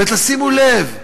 ותשימו לב,